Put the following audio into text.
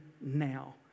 now